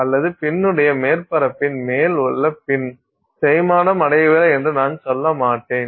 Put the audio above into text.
அல்லது பின்னுடைய மேற்பரப்பின் மேல் உள்ள பின் தேய்மானம் அடையவில்லை என்று நான் சொல்ல மாட்டேன்